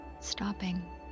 Stopping